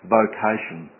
vocation